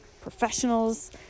professionals